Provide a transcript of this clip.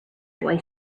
boy